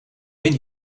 been